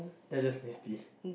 that is just nasty